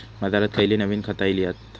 बाजारात खयली नवीन खता इली हत?